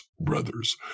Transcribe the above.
brothers